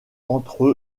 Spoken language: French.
entre